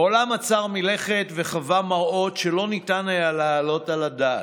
העולם עצר מלכת וחווה מראות שלא ניתן היה להעלות על הדעת: